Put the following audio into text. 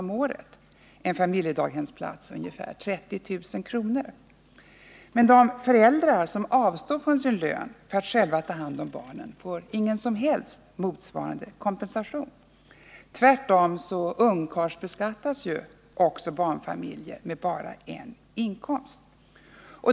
om året, och en familjedagshemsplats ca 30 000 kr. Men de föräldrar som avstår från sin lön för att själva ta hand om barnen får ingen som helst motsvarande kompensation. Tvärtom ungkarlsbeskattas också barnfamiljer med bara en inkomst.